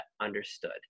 understood